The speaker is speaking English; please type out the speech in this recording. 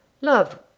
Love